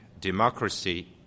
democracy